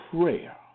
prayer